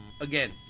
again